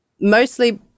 mostly